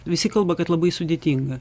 visi kalba kad labai sudėtinga